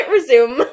Resume